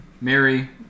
Mary